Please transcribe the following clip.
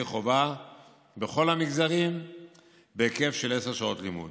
חובה בכל המגזרים בהיקף של עשר שעות לימוד.